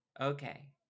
Okay